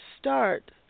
start